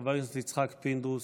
חבר הכנסת יצחק פינדרוס,